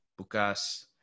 bukas